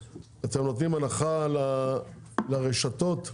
אתם נותנים הנחה לרשתות במחיר?